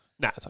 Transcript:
Nah